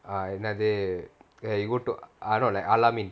err இல்லாட்டி:illaati you go to err no like al-ameen